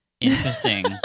Interesting